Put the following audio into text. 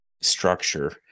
structure